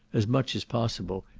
as much as possible,